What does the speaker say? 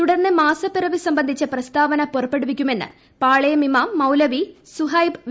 തുടർന്ന് മാസപ്പീറവി സംബന്ധിച്ച പ്രസ്താവന പുറപ്പെടുവിക്കുമെന്ന് പാളിയ്ക്ക് ഇമാം മൌലവി സുഹൈബ് വി